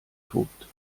tobt